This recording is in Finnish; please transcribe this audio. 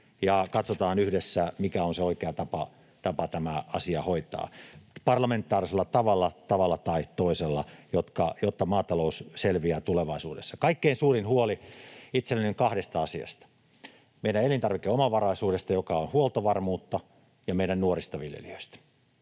katsotaan yhdessä, mikä on se oikea tapa tämä asia hoitaa parlamentaarisella tavalla, tavalla tai toisella, jotta maatalous selviää tulevaisuudessa. Itselläni on kaikkein suurin huoli kahdesta asiasta: meidän elintarvikeomavaraisuudesta, joka on huoltovarmuutta, ja meidän nuorista viljelijöistä